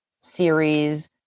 series